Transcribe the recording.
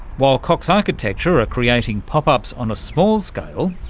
while cox architecture are creating pop-ups on a small scale,